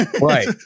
Right